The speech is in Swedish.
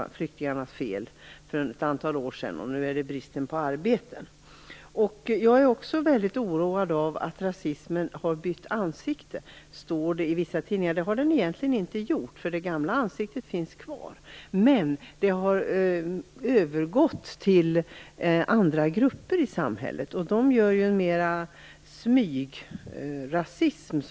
Nu är det bristen på arbete. Det står i vissa tidningar att rasismen har bytt ansikte. Det har den egentligen inte gjort, för det gamla ansiktet finns kvar. Men den har övergått till andra grupper i samhället, som företräder en smygrasism.